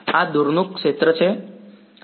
આ દૂરનું ક્ષેત્ર છે હા